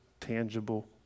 Tangible